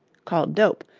called dope,